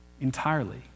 entirely